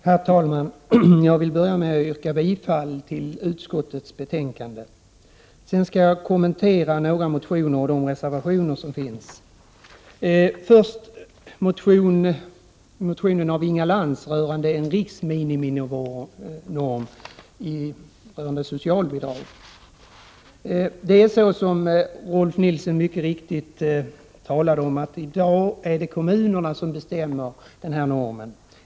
Herr talman! Jag vill börja med att yrka bifall till utskottets hemställan. Sedan skall jag kommentera några motioner och de reservationer som fogats till betänkandet. Jag börjar med en motion av Inga Lantz, om en riksnorm för socialbidragens miniminivå. I dag är det, som Rolf Nilson mycket riktigt talade om, kommunerna som bestämmer denna norm.